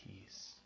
peace